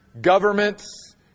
governments